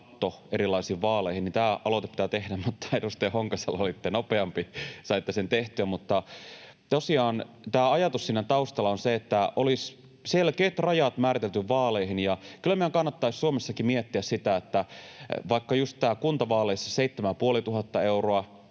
erilaisiin vaaleihin pitää tehdä, mutta edustaja Honkasalo, olitte nopeampi, saitte sen tehtyä. Tosiaan tämä ajatus siinä taustalla on se, että olisi selkeät rajat määritelty vaaleihin. Kyllä meidän kannattaisi Suomessakin miettiä sitä, että vaikka just kuntavaaleissa 7 500 euroa,